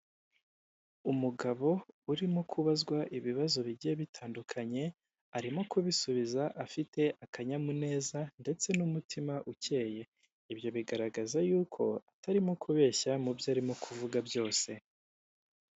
umugabo urimo kubazwa ibibazo bigiye bitandukanye arimo kubisubiza afite akanyamuneza ndetse n'umutima ucyeke ibyo bigaragaza yuko atarimo kubeshya mu byo ari kuvuga byose.